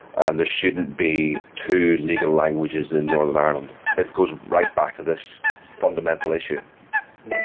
and there shouldn't be two legal languages in northern ireland. that goes right back to this fundamental issue.